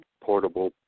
portable